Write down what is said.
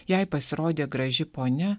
jai pasirodė graži ponia